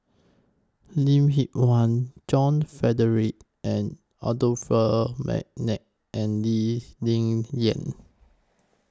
Lim Hwee Hua John Frederick Adolphus Mcnair and Lee Ling Yen